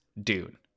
Dune